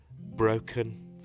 broken